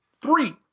three